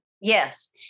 yes